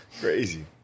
Crazy